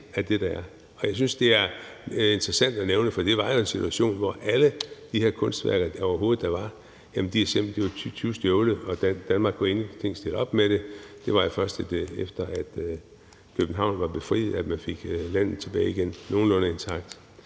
jeg synes, det er interessant at nævne. For det var jo en situation, hvor alle de kunstværker, der overhovedet var, var blevet tyvstjålet, og Danmark kunne ingenting stille op med det. Det var jo først, efter at København var befriet, at man igen fik landet tilbage nogenlunde intakt.